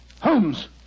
Holmes